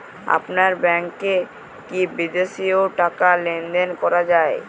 আপনার ব্যাংকে কী বিদেশিও টাকা লেনদেন করা যায়?